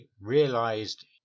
realised